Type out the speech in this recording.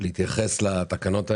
להתייחס לתקנות האלה.